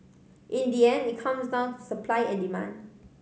in the end it comes down to supply and demand